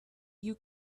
you